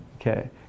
Okay